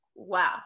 Wow